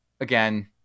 again